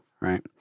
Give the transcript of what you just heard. right